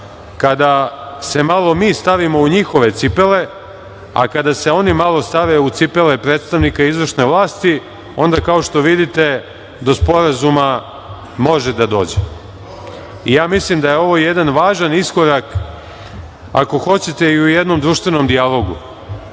kada se malo mi stavimo u njihove cipele, a kada se oni malo stave u cipele predstavnika izvršne vlasti, onda kao što vidite do sporazuma može da dođe. Mislim da je ovo jedan važan iskorak, ako hoćete, i u jednom društvenom dijalogu.